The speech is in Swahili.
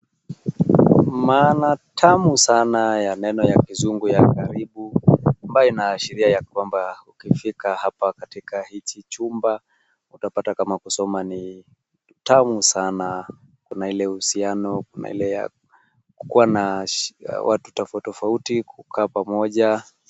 Maana tamu sana ya neno ya kizungu ya karibu, ambayo inaashiria ya kwamba ukifika hapa katika hiki chumba, utapata kama kusoma ni tamu sana, kuna ile uhusiano, kuna ile ya kukuwa na watu tofauti tofauti, kukaa pamoja.